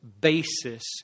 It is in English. basis